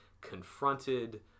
confronted